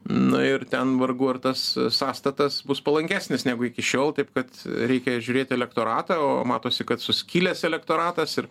na ir ten vargu ar tas sąstatas bus palankesnis negu iki šiol taip kad reikia žiūrėt į elektoratą o matosi kad suskilęs elektoratas ir